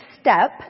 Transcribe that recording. step